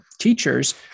teacher's